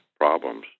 Problems